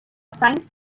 science